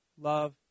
love